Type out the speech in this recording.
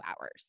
hours